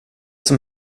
som